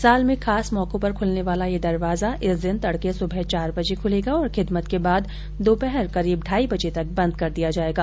साल में खास मौकों पर खुलने वाला यह दरवाजा इस दिन तड़के सुबह चार बजे खुलेगा और खिदमत के बाद दोपहर करीब ढाई बजे तक बंद कर दिया जाएगा